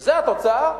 זה התוצאה.